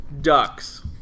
ducks